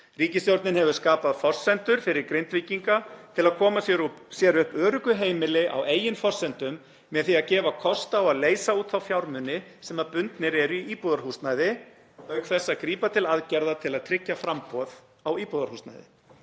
Ríkisstjórnin hefur skapað forsendur fyrir Grindvíkinga til að koma sér upp öruggu heimili á eigin forsendum með því að gefa kost á að leysa út þá fjármuni sem bundnir eru í íbúðarhúsnæði auk þess að grípa til aðgerða til að tryggja framboð á íbúðarhúsnæði.